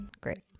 Great